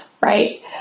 right